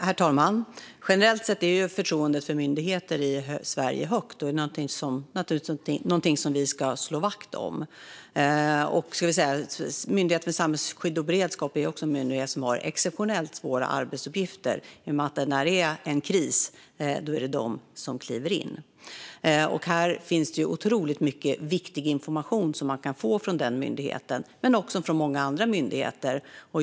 Herr talman! Generellt sett är ju förtroendet för myndigheter i Sverige högt. Det är naturligtvis något som vi ska slå vakt om. Myndigheten för samhällsskydd och beredskap är också en myndighet som har exceptionellt svåra arbetsuppgifter i och med att det är de som ska kliva in vid en kris. Det är otroligt mycket viktig information som man kan få från den myndigheten och också från många andra myndigheter.